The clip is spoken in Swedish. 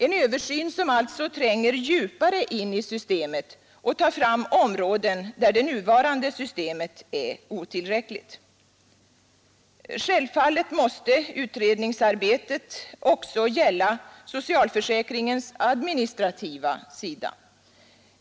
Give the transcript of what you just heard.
En översyn som alltså tränger djupare in i systemet och tar fram områden där det nuvarande systemet är otillräckligt. Självfallet måste utredningsarbetet också gälla socialförsäkringens administrativa sida.